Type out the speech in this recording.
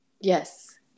Yes